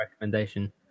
recommendation